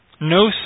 No